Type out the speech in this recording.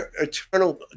eternal